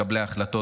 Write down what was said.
מקבלי ההחלטות,